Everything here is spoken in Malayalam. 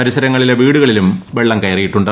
പരിസരങ്ങളിലെ വീടുകളിലും വെള്ളം കയറിയിട്ടുണ്ട്